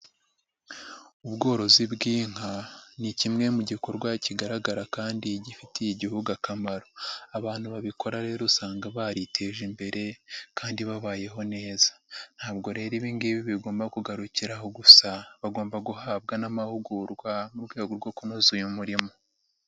Ubworozi bw'inka ni kimwe mu gikorwa kigaragara kandi gifitiye Igihugu akamaro, abantu babikora rero usanga bariteje imbere kandi babayeho neza; ntabwo rero ibi ngibi bigomba kugarukiraho gusa bagomba guhabwa n'amahugurwa mu rwego rwo kunoza uyu murimo.